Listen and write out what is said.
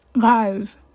guys